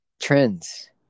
Trends